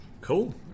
Cool